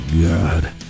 god